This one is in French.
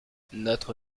notre